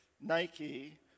Nike